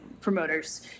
promoters